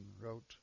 wrote